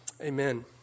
Amen